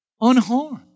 unharmed